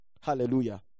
Hallelujah